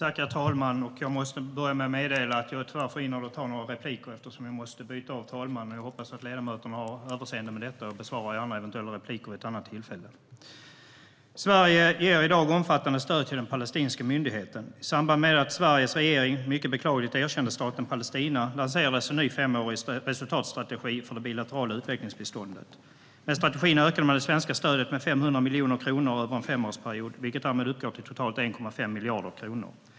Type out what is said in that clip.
Herr talman! Jag måste börja med att meddela att jag tyvärr är förhindrad att ta några repliker eftersom jag måste byta av herr talmannen. Jag hoppas att ledamöterna har överseende med detta. Eventuella frågor besvarar jag gärna vid ett annat tillfälle. Sverige ger i dag omfattande stöd till den palestinska myndigheten. I samband med att Sveriges regering mycket beklagligt erkände staten Palestina lanserades en ny femårig resultatstrategi för det bilaterala utvecklingsbiståndet. Med strategin ökade man det svenska stödet med 500 miljoner kronor över en femårsperiod, vilket därmed uppgår till totalt 1,5 miljarder kronor.